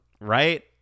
Right